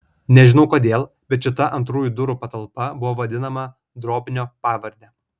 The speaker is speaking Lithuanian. nežinau kodėl bet šita antrųjų durų patalpa buvo vadinama drobnio pavarde